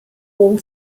all